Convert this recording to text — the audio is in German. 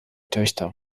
töchter